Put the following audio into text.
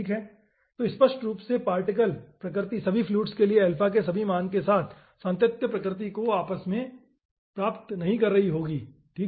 तो स्पष्ट रूप से पार्टिकल प्रकृति सभी फ्लुइड्स के लिए के उसी मान के साथ सांतत्य प्रकृति को वापस प्राप्त नहीं कर रही होगी ठीक है